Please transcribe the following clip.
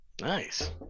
Nice